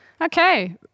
Okay